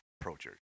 pro-church